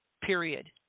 period